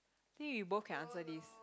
think we both can answer this